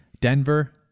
Denver